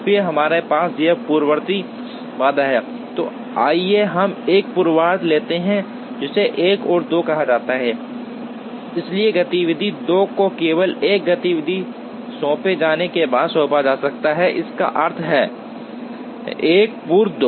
फिर हमारे पास यह पूर्ववर्ती बाधा है तो आइए हम 1 पूर्वता लेते हैं जिसे 1 और 2 कहा जाता है इसलिए गतिविधि 2 को केवल 1 गतिविधि सौंपे जाने के बाद सौंपा जा सकता है इसका अर्थ है 1 पूर्व 2